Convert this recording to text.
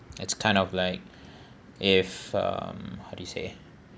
it's kind of like if um how to say